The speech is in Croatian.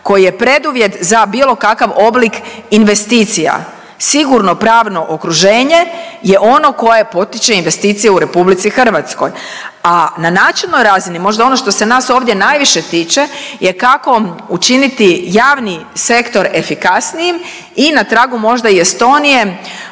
koji je preduvjet za bilo kakav oblik investicija. Sigurno pravno okruženje je ono koje potiče investicije u RH, a načelnoj razini možda ono što se nas ovdje najviše tiče je kako učiniti javni sektor efikasnijim i na tragu možda i Estonije